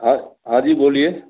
हाँ हाँ जी बोलिए